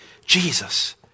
Jesus